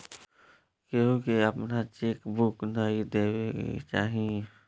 केहू के आपन चेक बुक नाइ देवे के चाही